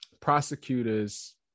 prosecutors